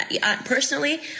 Personally